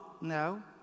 now